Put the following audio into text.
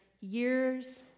years